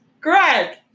Greg